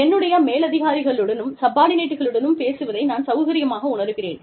என்னுடைய மேலதிகாரிகளுடனும் சப்பார்டினேட்களுடனும் பேசுவதை நான் சௌகரியமாக உணருகிறேன்